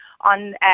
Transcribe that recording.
on